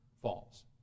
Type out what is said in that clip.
Falls